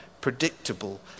predictable